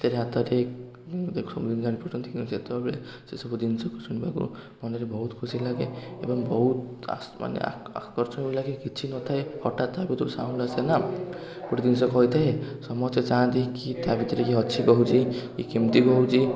ହାତରେ ହାତ ଦେଇ ଦେଖୁଛନ୍ତି ଜାଣି ପାରୁଛନ୍ତି କିନ୍ତୁ ସେତେବେଳେ ସେ ସବୁ ଜିନିଷକୁ ଶୁଣିବାକୁ ମନରେ ବହୁତ ଖୁସି ଲାଗେ ଏବଂ ବହୁତ ଆସ ମାନେ ଆ ଆକର୍ଷଣୀୟ ଲାଗେ କିଛି ନ ଥାଏ ହଠାତ ତା ଭିତରୁ ସାଉଣ୍ଡ ଆସେ ନାଁ ଗୋଟେ ଜିନିଷ କହିଥାଏ ସମସ୍ତେ ଚାହାନ୍ତି କି ତା ଭିତରେ କିଏ ଅଛି କହୁଛି କି କେମିତି କହୁଛି